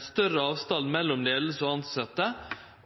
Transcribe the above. større avstand mellom leiinga og dei tilsette,